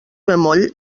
bemoll